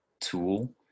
tool